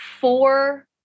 four